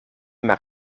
maar